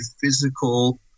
physical